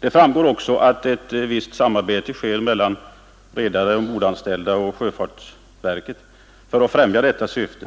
Det framgår också att ett visst samarbete sker mellan redare, ombordanställda och sjöfartsverket för att främja detta syfte.